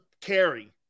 carry